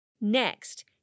Next